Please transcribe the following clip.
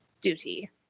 duty